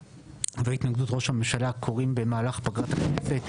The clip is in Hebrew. והתנגדות ראש הממשלה קורים במהלך פגרת הכנסת,